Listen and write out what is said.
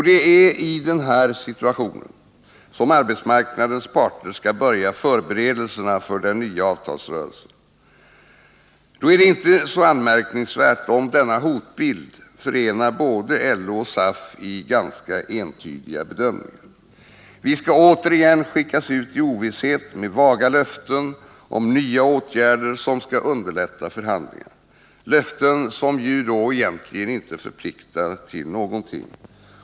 Det är i denna situation som arbetsmarknadens parter skall börja förberedelserna för den nya avtalsrörelsen. Då är det inte så anmärkningsvärt om denna hotbild förenar både LO och SAF i ganska entydiga bedömningar. Vi skall åter skickas ut i ovisshet med vaga löften om nya åtgärder som skall underlätta förhandlingarna, löften som egentligen inte förpliktar till någonting.